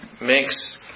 makes